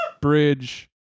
bridge